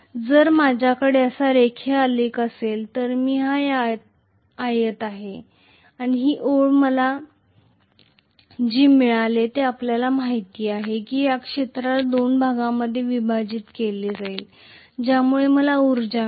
जर माझ्याकडे असा रेखीय आलेख असेल तर मी हा आयत आहे आणि ही ओळ मला जे मिळाली ते आपल्याला माहित आहे की या क्षेत्राला दोन भागांमध्ये विभाजित केले जाईल ज्यामुळे मला ऊर्जा मिळेल